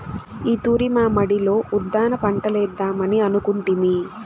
ఈ తూరి మా మడిలో ఉద్దాన పంటలేద్దామని అనుకొంటిమి